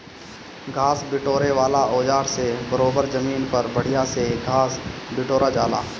घास बिटोरे वाला औज़ार से बरोबर जमीन पर बढ़िया से घास बिटोरा जाला